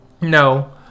no